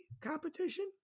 competition